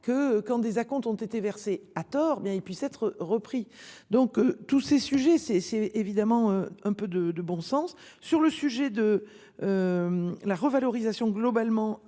que quand des acomptes ont été versés à tort bien il puisse être repris. Donc tous ces sujets, c'est, c'est évidemment un peu de, de bon sens sur le sujet de. La revalorisation globalement